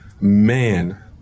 man